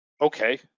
Okay